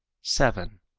seven.